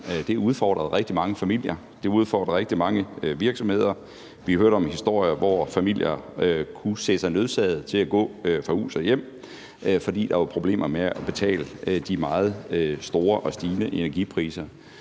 Det udfordrede rigtig mange familier, og det udfordrede rigtig mange virksomheder. Vi hørte om historier, hvor familier kunne se sig nødsaget til at gå fra hus og hjem, fordi der var problemer med at betale de meget store og stigende energipriser,